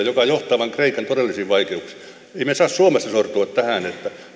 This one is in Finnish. joka johtaa vain kreikan todellisiin vaikeuksiin emme me saa suomessa sortua tähän